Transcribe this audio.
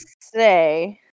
say